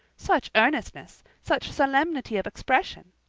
such earnestness such solemnity of expression!